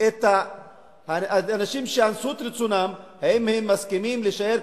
את האנשים שאנסו את רצונם אם הם מסכימים להישאר,